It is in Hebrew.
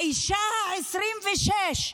האישה ה-26,